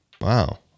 Wow